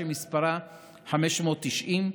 שמספרה 590,